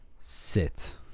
Sit